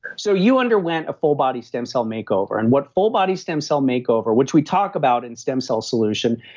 so you underwent a full body stem cell makeover, and what full body stem cell makeover, which we talk about in stem cell solution,